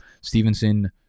Stevenson